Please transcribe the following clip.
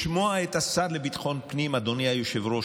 לשמוע את השר לביטחון פנים, אדוני היושב-ראש.